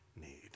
need